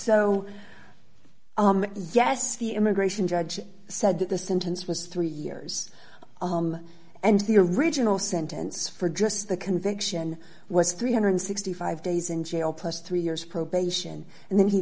so yes the immigration judge said that the sentence was three years and the original sentence for just the conviction was three hundred and sixty five days in jail plus three years probation and then he